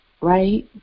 Right